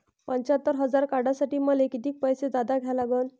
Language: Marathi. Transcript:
पंच्यात्तर हजार काढासाठी मले कितीक पैसे जादा द्या लागन?